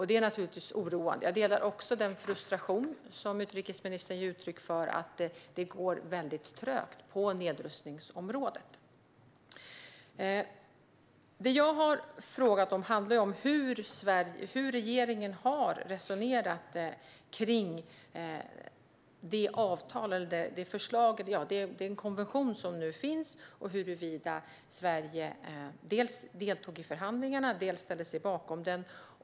Det är naturligtvis oroande. Jag delar också den frustration som utrikesministern ger uttryck för i det att det går väldigt trögt på nedrustningsområdet. Det jag har frågat om handlar om hur regeringen har resonerat kring den konvention som nu finns, huruvida Sverige dels deltog i förhandlingarna, dels ställde sig bakom den.